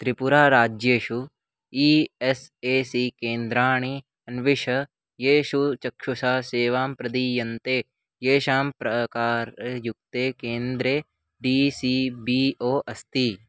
त्रिपुराराज्येषु E S A C केन्द्राणि अन्विष येषु चक्षुषः सेवां प्रदीयन्ते येषां प्राकारयुक्ते केन्द्रे डी सी बी ओ अस्ति